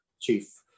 chief